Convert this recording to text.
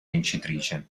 vincitrice